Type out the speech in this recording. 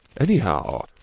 Anyhow